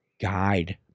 guide